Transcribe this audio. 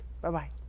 Bye-bye